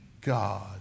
God